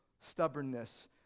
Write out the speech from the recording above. stubbornness